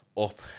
up